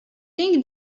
think